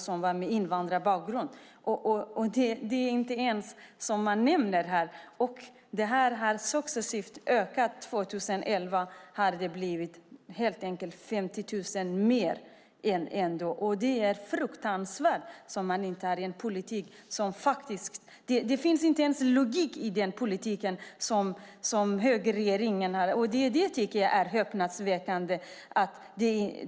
Det nämns inte ens, och det har successivt ökat. År 2011 är det 50 000 fler. Det är fruktansvärt. Det finns ingen logik i er politik. Det är häpnadsväckande.